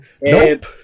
Nope